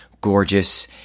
gorgeous